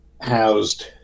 housed